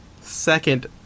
second